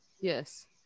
yes